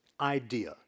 idea